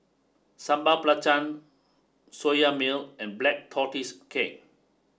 Sambal Belacan Soya Milk and Black Tortoise Cake